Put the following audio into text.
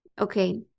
Okay